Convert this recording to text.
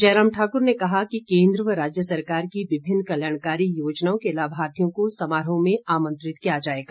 जयराम ठाकुर ने कहा कि केन्द्र व राज्य सरकार की विभिन्न कल्याणकारी योजनाओं के लाभार्थियों को समारोह में आमंत्रित किया जाएगा